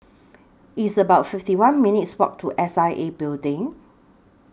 It's about fifty one minutes' Walk to S I A Building